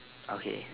okay